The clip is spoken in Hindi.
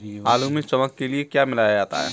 आलू में चमक के लिए क्या मिलाया जाता है?